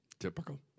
Typical